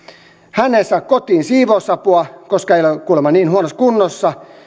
hän ei saa kotiin siivousapua koska ei ole ole kuulemma niin huonossa kunnossa